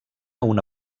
una